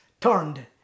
turned